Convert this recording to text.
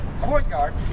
courtyard